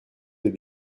des